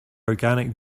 organic